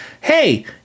hey